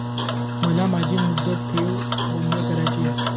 मला माझी मुदत ठेव बंद करायची आहे